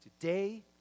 today